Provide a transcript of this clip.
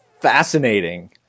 fascinating